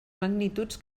magnituds